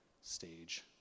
stage